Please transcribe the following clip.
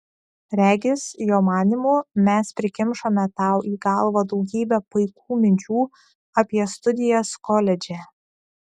regis jo manymu mes prikimšome tau į galvą daugybę paikų minčių apie studijas koledže